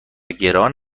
گران